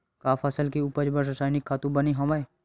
का फसल के उपज बर रासायनिक खातु बने हवय?